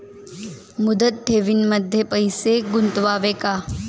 मुदत ठेवींमध्ये पैसे गुंतवावे का?